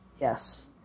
Yes